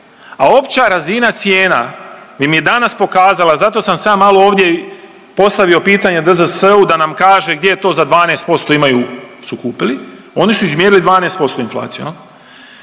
a opća razina cijena im je danas pokazala, zato sam se ja malo ovdje i postavio pitanje DZS-u, da nam kaže gdje to za 12% imaju, su kupili, oni su izmjerili 12% inflaciju,